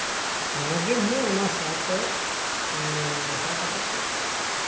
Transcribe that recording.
ᱱᱚᱣᱟᱠᱤᱱ ᱦᱚᱸ ᱚᱱᱟ ᱥᱟᱶᱛᱮ ᱢᱮᱥᱟ ᱠᱟᱛᱮᱜ ᱮᱢ